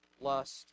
lust